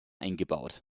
eingebaut